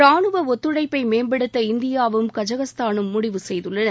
ரானுவ ஒத்துழைப்பை மேம்படுத்த இந்தியாவும் கஜகஸ்தானும் முடிவு செய்துள்ளன